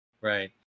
Right